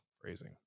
phrasing